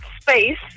space